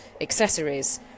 accessories